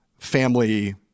family